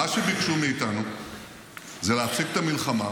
מה שביקשו מאיתנו זה להפסיק את המלחמה,